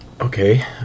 Okay